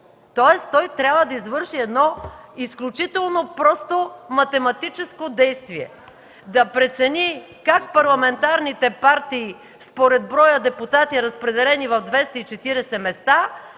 тоест той трябва да извърши едно изключително просто математическо действие – да прецени как парламентарните партии според броя депутати, разпределени в 240 места,